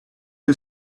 you